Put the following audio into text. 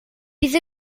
bydd